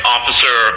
Officer